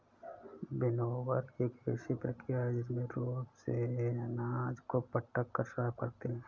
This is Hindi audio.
विनोवर एक ऐसी प्रक्रिया है जिसमें रूप से अनाज को पटक कर साफ करते हैं